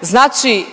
znači,